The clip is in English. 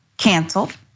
Canceled